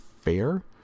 fair